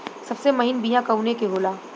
सबसे महीन बिया कवने के होला?